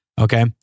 Okay